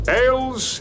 ales